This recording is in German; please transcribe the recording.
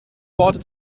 worte